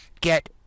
get